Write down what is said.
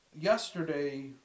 Yesterday